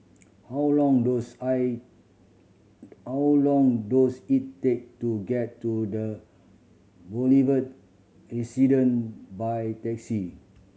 how long does I how long does it take to get to The Boulevard Resident by taxi